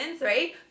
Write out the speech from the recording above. right